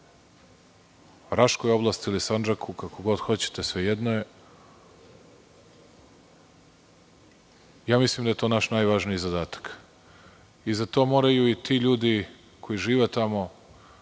Raškoj oblasti, ili Sandžaku, kako god hoćete, svejedno je, mislim da je to naš najvažniji zadatak i za to moraju i ti ljudi koji žive tamo